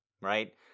right